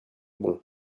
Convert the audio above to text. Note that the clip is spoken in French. bon